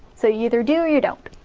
so you either do, or you don't.